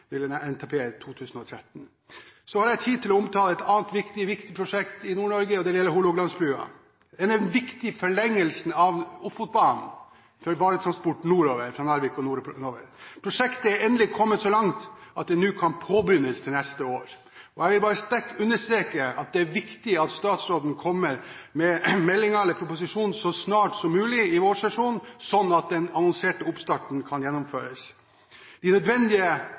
NTP i 2013. Så har jeg tid til å omtale et annet viktig prosjekt i Nord-Norge, og det er Hålogalandsbrua. Den er viktig i forlengelsen av Ofotbanen for varetransport fra Narvik og nordover. Prosjektet er endelig kommet så langt at det kan påbegynnes til neste år. Jeg vil bare sterkt understreke at det er viktig at statsråden kommer med melding eller proposisjon så snart som mulig i vårsesjonen, slik at den annonserte oppstarten kan gjennomføres. De nødvendige